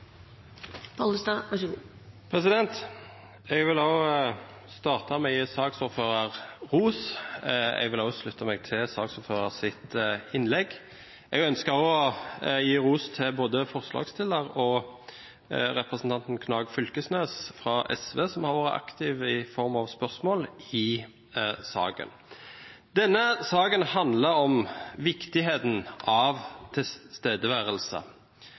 jeg vil slutte meg til hans innlegg. Jeg ønsker også å gi ros til både forslagsstillerne og representanten Knag Fylkesnes fra SV, som har vært aktiv i form av å stille spørsmål i saken. Denne saken handler om viktigheten av tilstedeværelse.